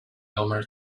elmer